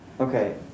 Okay